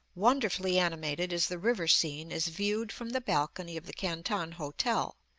wonderfully animated is the river scene as viewed from the balcony of the canton hotel,